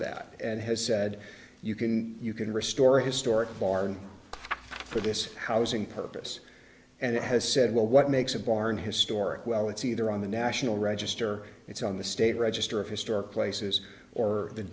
that and has said you can you can restore a historic barn for this housing purpose and it has said well what makes a barn historic well it's either on the national register it's on the state register of historic places or the